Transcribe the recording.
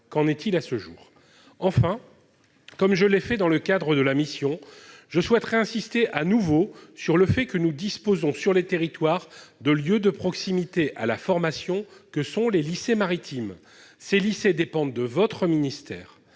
Qu'en est-il à ce jour ? Enfin, comme je l'ai fait dans le cadre de la mission, j'insiste de nouveau sur le fait que nous disposons, sur les territoires, de lieux de formation de proximité : les lycées maritimes, lesquels dépendent de votre ministère,